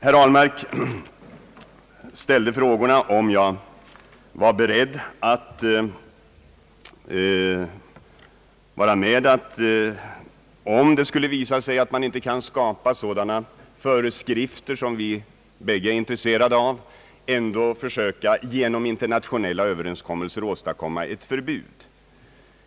Herr Ahlmark ställde frågan om jag var beredd att, om det skulle visa sig att det inte kan skapas sådana föreskrifter som vi båda är intresserade av, ändå försöka genom internationella överenskommelser åstadkomma ett förbud.